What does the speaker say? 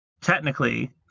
technically